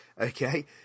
Okay